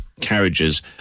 carriages